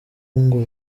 ngo